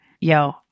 Yo